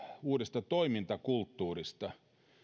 uudesta toimintakulttuurista